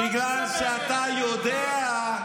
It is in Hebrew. בגלל שאתה אתה יודע,